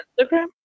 Instagram